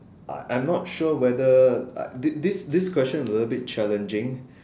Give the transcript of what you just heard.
I I am not sure whether like this this question is a little bit challenging